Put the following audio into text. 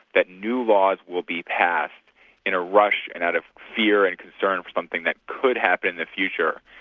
that new laws will be passed in a rush and out of fear and concern of something that could happen in the future,